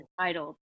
title